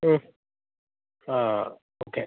ആ ഓക്കെ